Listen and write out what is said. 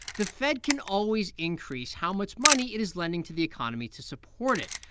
the fed can always increase how much money it is lending to the economy to support it.